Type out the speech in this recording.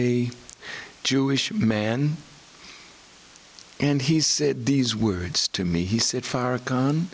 a jewish man and he said these words to me he said far